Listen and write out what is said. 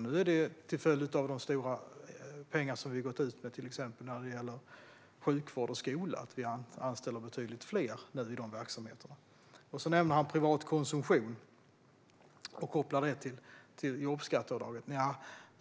Nu är det i stället till följd av de stora pengar vi har gått ut med till exempel när det gäller sjukvård och skola - att vi anställer betydligt fler i de verksamheterna. Han nämner även privat konsumtion och kopplar det till jobbskatteavdraget. Nja,